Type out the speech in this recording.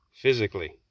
physically